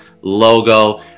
logo